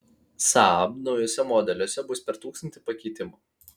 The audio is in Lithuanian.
saab naujuose modeliuose bus per tūkstantį pakeitimų